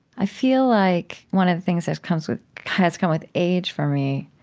i feel like one of the things that comes with has come with age, for me,